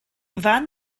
van